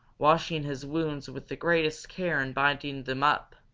washing his wounds with the greatest care and binding them up.